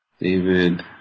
David